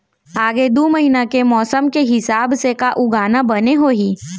आगे दू महीना के मौसम के हिसाब से का उगाना बने होही?